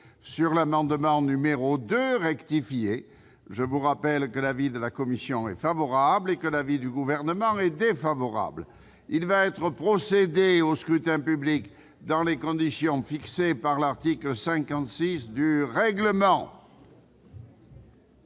l'autre, du groupe de l'UDI-UC. Je rappelle que l'avis de la commission est favorable et que celui du Gouvernement est défavorable. Il va être procédé au scrutin dans les conditions fixées par l'article 56 du règlement.